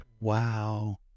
Wow